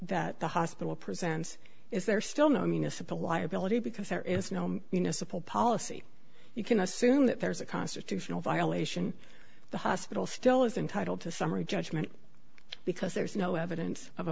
that the hospital presents is there still no municipal liability because there is no you know simple policy you can assume that there's a constitutional violation the hospital still is entitled to summary judgment because there is no evidence of